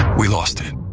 we lost it.